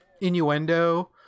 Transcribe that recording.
innuendo